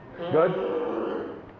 Good